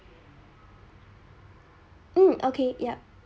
um okay yup